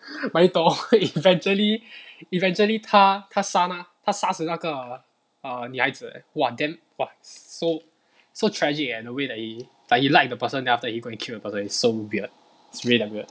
but 你懂 eventually eventually 他他杀那他杀死那个 err 女孩子 leh !wah! damn !wah! so so tragic leh the way he did it like you like the person then after that you go and kill the person it's so weird it's really damn weird